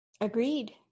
Agreed